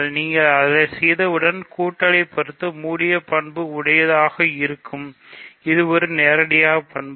நீங்கள் அதைச் செய்தவுடன் கூட்டலை பொருத்து மூடிய பண்பு உடையதாக இருக்கும் இது ஒரு நேரடியான பண்பு